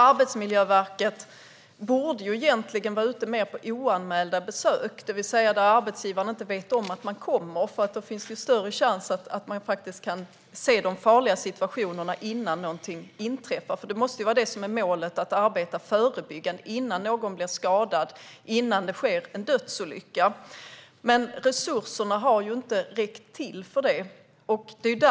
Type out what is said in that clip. Arbetsmiljöverket borde egentligen vara ute mer på oanmälda besök, det vill säga där arbetsgivaren inte vet om att man kommer, för då finns det större chans att man kan se de farliga situationerna innan någonting inträffar. Det måste ju vara att arbeta förebyggande, innan någon blir skadad eller en dödsolycka sker, som är målet. Men resurserna har inte räckt till för det.